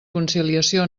conciliació